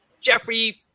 Jeffrey